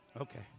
Okay